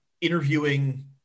interviewing